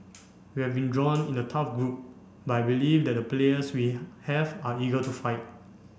we have been drawn in a tough group but I believe that the players we have are eager to fight